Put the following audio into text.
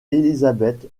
elisabeth